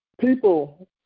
people